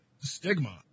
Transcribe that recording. Stigma